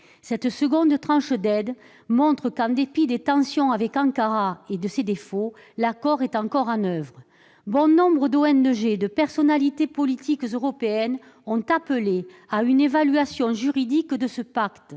Cette seconde tranche d'aide montre qu'en dépit des tensions avec Ankara et des défauts de cet accord, ce dernier est encore mis en oeuvre. Bon nombre d'ONG et de personnalités politiques européennes ont appelé à une évaluation juridique de ce pacte.